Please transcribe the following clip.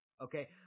Okay